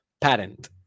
Patent